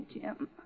Jim